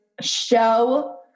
show